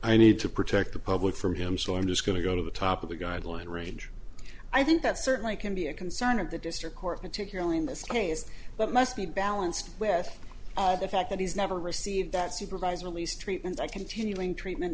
i need to protect the public from him so i'm just going to go to the top of the guideline range i think that certainly can be a concern and of the district court particularly in this case but must be balanced with the fact that he's never received that supervised release treatment by continuing treatment